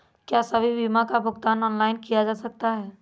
क्या सभी बीमा का भुगतान ऑनलाइन किया जा सकता है?